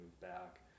back